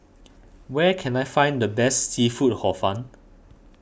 where can I find the best Seafood Hor Fun